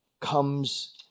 comes